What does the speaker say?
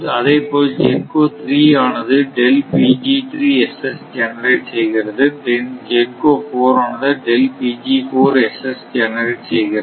அதேபோல GENCO 3 ஆனது generate செய்கிறது GENCO 4 ஆனது ஜெனரேட் செய்கிறது